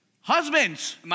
Husbands